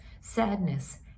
sadness